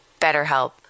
BetterHelp